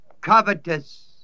Covetous